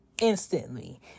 Instantly